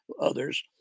others